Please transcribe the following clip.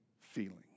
feeling